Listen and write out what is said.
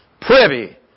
Privy